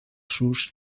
sus